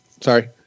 sorry